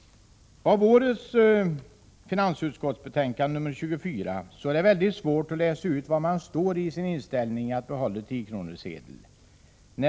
I årets betänkande från finansutskottet, nr 24, är det väldigt svårt att läsa ut utskottets inställning till ett behållande av 10-kronorssedeln.